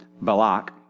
Balak